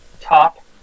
top